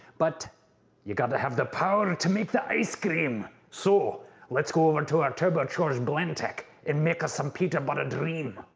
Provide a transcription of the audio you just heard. but you got to have the power to make the ice cream. so let's go over to our turbo charged blend tech and make us some peanut and butter dream.